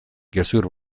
gezur